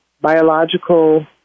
biological